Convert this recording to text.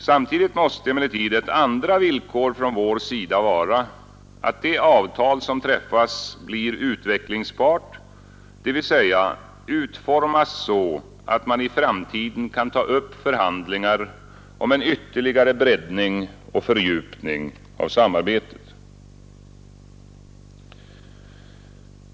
Samtidigt måste emellertid ett andra villkor från vår sida vara, att det avtal som träffas blir utvecklingsbart, dvs. utformas så att man i framtiden kan ta upp förhandlingar om en ytterligare breddning och fördjupning av samarbetet.